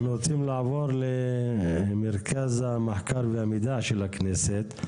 אנחנו רוצים לעבור למרכז המחקר והמידע של הכנסת,